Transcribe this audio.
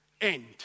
end